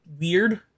weird